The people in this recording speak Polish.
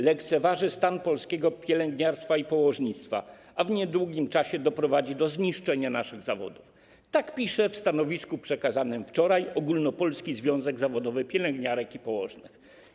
Lekceważy stan polskiego pielęgniarstwa i położnictwa, a w niedługim czasie doprowadzi do zniszczenia naszych zawodów - tak pisze w stanowisku przekazanym wczoraj Ogólnopolski Związek Zawodowy Pielęgniarek i Położnych.